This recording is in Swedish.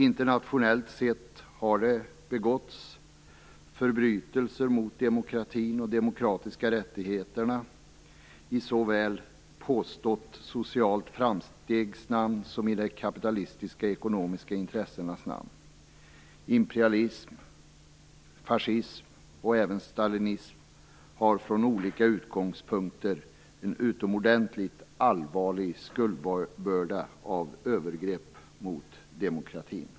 Internationellt sett har det begåtts förbrytelser mot demokratin och demokratiska rättigheter såväl i påstått socialt framstegs namn som i de kapitalistiska ekonomiska intressenas namn. Imperialism, fascism och även Stalinism har från olika utgångspunkter en utomordentligt allvarlig skuldbörda av övergrepp mot demokratin.